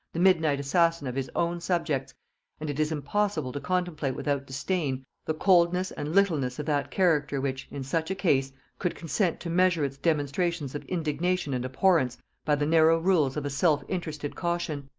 the midnight assassin of his own subjects and it is impossible to contemplate without disdain the coldness and littleness of that character which, in such a case, could consent to measure its demonstrations of indignation and abhorrence by the narrow rules of a self-interested caution.